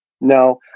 No